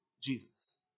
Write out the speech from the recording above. Jesus